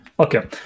Okay